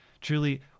Truly